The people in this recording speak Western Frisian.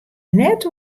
net